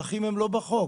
האחים הם לא בחוק.